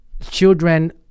children